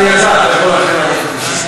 שנזכה לראות אותך כאן עוד הרבה שנים.